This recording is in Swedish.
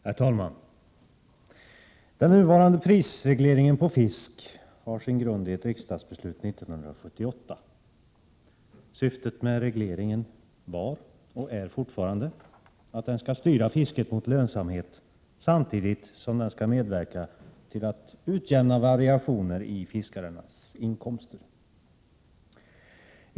Herr talman! Den nuvarande regleringen av priserna på fisk har sin grund i ett riksdagsbeslut 1978. Syftet med regleringen var, och är fortfarande, att den skall styra fisket mot lönsamhet samtidigt som den skall medverka till att utjämna variationer i fiskarnas inkomster.